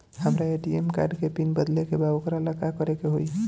हमरा ATM card के pin बदले के बा वोकरा ला का करे के होई?